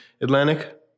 Atlantic